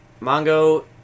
Mongo